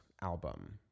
album